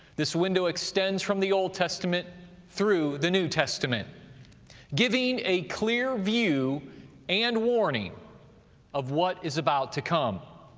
this window extends from the old testament through the new testament giving a clear view and warning of what is about to come.